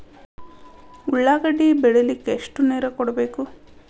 ಉಳ್ಳಾಗಡ್ಡಿ ಬೆಳಿಲಿಕ್ಕೆ ಎಷ್ಟು ನೇರ ಕೊಡಬೇಕು?